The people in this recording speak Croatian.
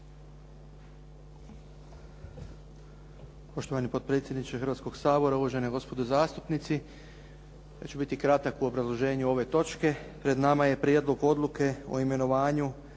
Poštovani potpredsjedniče Hrvatskog sabora, uvaženi gospodo zastupnici. Ja ću biti kratak u obrazloženju ove točke. Pred nama je Prijedlog odluke o imenovanju